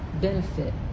benefit